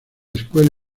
escuela